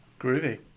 groovy